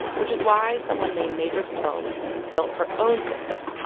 which is why someone named madris tomes built her own system,